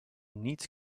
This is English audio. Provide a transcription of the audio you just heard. neat